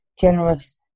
generous